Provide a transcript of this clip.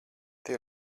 tev